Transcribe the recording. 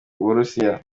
uburusiya